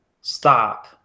stop